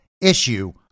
issue